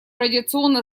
радиационно